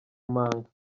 manga